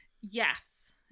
Yes